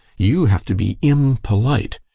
you have to be impolite.